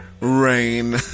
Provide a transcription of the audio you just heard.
Rain